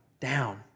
down